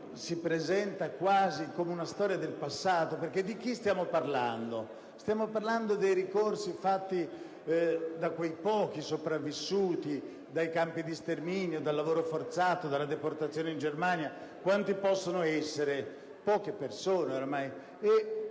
si presenta quasi come una storia del passato - stiamo parlando infatti dei ricorsi fatti da quei pochi sopravvissuti dei campi di sterminio, del lavoro forzato, della deportazione in Germania: quanti possono essere? Poche persone, ormai